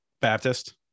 baptist